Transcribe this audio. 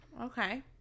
okay